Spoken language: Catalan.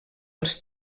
els